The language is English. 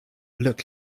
looked